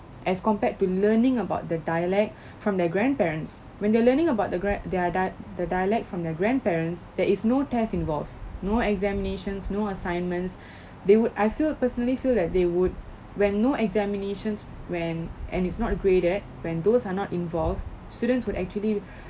as compared to learning about the dialect from their grandparents when they're learning about the gra~ their dia~ the dialect from their grandparents there is no test involved no examinations no assignments they would I feel personally feel that they would when no examinations when and it's not graded when those are not involved students would actually